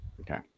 Okay